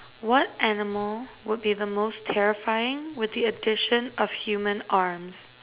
what animal would be the most terrifying with the addition of human arms